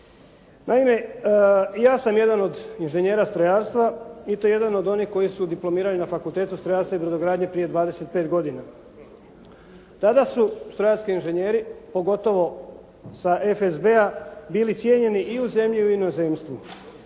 Naime, i ja sam jedan od inženjera strojarstva i to jedan od onih koji su diplomirali na Fakultetu strojarstva i brodogradnje prije 25 godina. Tada su strojarski inženjeri pogotovo sa FSB-a bili cijenjeni i u zemlji i inozemstvu.